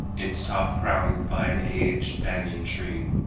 its top crowned by an aged banyan tree,